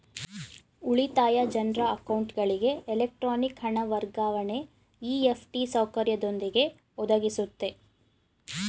ಉಳಿತಾಯ ಜನ್ರ ಅಕೌಂಟ್ಗಳಿಗೆ ಎಲೆಕ್ಟ್ರಾನಿಕ್ ಹಣ ವರ್ಗಾವಣೆ ಇ.ಎಫ್.ಟಿ ಸೌಕರ್ಯದೊಂದಿಗೆ ಒದಗಿಸುತ್ತೆ